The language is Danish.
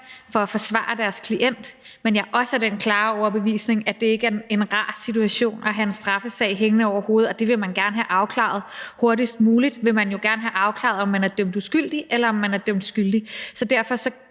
for at forsvare deres klienter, men jeg er også af den klare overbevisning, at det ikke er en rar situation at have en straffesag hængende over hovedet, og at man gerne vil have det afklaret hurtigst muligt – man vil jo gerne hurtigst muligt have afklaret, om man bliver dømt skyldig eller uskyldig. Så derfor